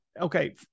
Okay